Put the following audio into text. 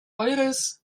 eures